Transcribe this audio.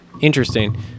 interesting